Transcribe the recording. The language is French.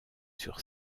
sur